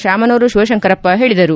ಶಾಮನೂರು ಶಿವಶಂಕರಪ್ಪ ಹೇಳಿದರು